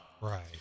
Right